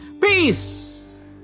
peace